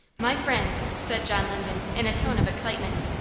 my friends, said john linden, in a tone of excitement,